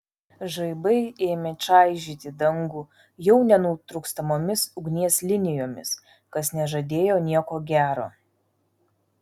žaibai ėmė čaižyti dangų jau nenutrūkstamomis ugnies linijomis kas nežadėjo nieko gero